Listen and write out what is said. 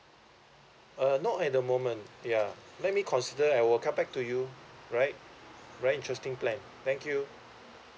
uh no at the moment yeah let me consider I will come back to you right very interesting plan thank you